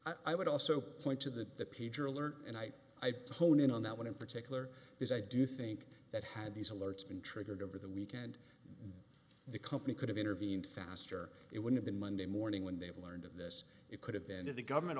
honor i would also point to the pager alert and i hone in on that one in particular because i do think that had these alerts been triggered over the weekend the company could have intervened faster it would have been monday morning when they've learned of this it could have been to the government